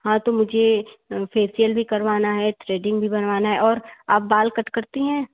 हाँ तो मुझे फेसियल भी करवाना है थ्रेडिंग भी बनवाना है और आप बाल कट करती हैं